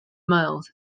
miles